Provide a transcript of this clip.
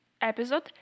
episode